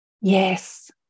yes